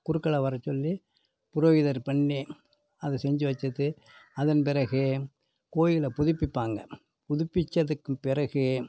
குருக்களை வரச் சொல்லி புரோகிதர் பண்ணி அதை செஞ்சு வச்சுட்டு அதன் பிறகு கோயிலை புதுப்பிப்பாங்க புதுப்பித்ததுக்குப் பிறகு